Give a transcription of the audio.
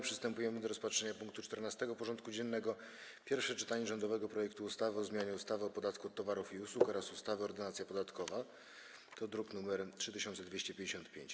Przystępujemy do rozpatrzenia punktu 14. porządku dziennego: Pierwsze czytanie rządowego projektu ustawy o zmianie ustawy o podatku od towarów i usług oraz ustawy Ordynacja podatkowa (druk nr 3255)